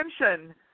attention